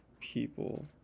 people